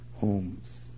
homes